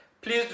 please